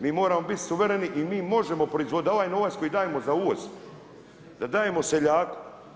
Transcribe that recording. Mi moramo biti suvereni i mi možemo proizvoditi, a ovaj novac koji dajemo za uvoz, da dajemo seljaku.